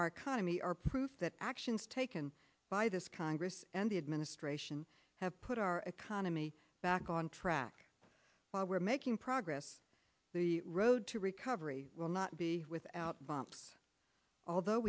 our economy are proof that actions taken by this congress and the administration have put our economy back on track while we're making progress the road to recovery will not be without bumps although